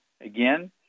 again